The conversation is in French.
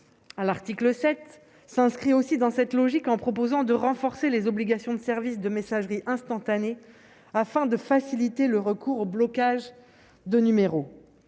l'article 7 s'inscrit aussi dans cette logique en proposant de renforcer les obligations de service de messagerie instantanée, afin de faciliter le recours au blocage de numéros